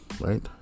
Right